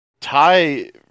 Ty